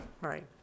Right